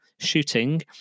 Shooting